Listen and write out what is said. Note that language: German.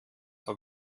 auf